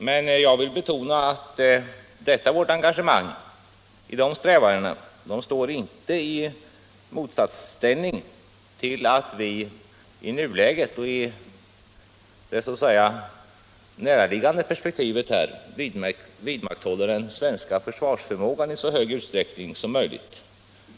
Men jag vill betona att vårt engagemang i de strävandena inte står i motsatsställning till att vi i nuläget och i det näraliggande perspektivet vidmakthåller den svenska försvarsförmågan i så stor utsträckning som möjligt.